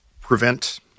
prevent